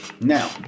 now